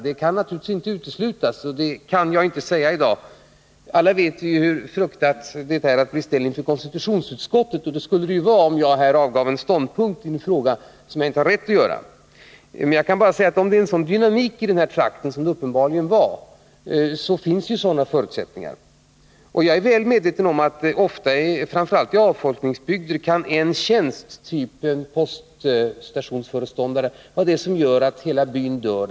Det kan naturligtvis inte uteslutas, men det kan jag inte säga i dag. Alla vet vi hur man fruktar att bli ställd inför konstitutionsutskottet, och det skulle det finnas skäl till om jag här avgav en ståndpunkt i en fråga som jag inte har rätt att uttala mig om. Jag kan bara säga att om det är en sådan dynamik i den här trakten, som det uppenbarligen är, så finns förutsättningarna. Jag är väl medveten om att slopandet av en tjänst typ poststationsföreståndare — framför allt i avfolkningsbygder— kan vara det som gör att hela byn dör.